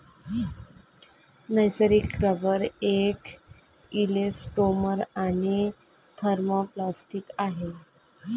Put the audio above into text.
नैसर्गिक रबर एक इलॅस्टोमर आणि थर्मोप्लास्टिक आहे